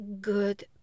good